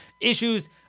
issues